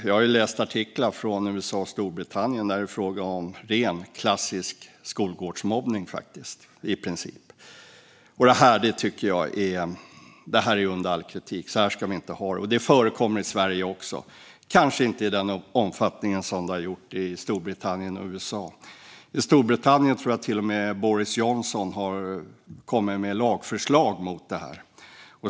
Jag har läst artiklar från USA och Storbritannien där det i princip är fråga om ren, klassisk skolgårdsmobbning. Det här tycker jag är under all kritik. Så här ska vi inte ha det, och det förekommer i Sverige också - men kanske inte i samma omfattning som i Storbritannien och USA. I Storbritannien tror jag till och med att Boris Johnson har kommit med lagförslag mot detta.